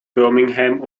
birmingham